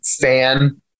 fan